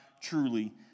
truly